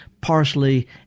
parsley